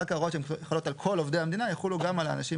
רק ההוראות שחלות על כל עובדי המדינה יחולו גם על האנשים